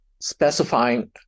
specifying